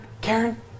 Karen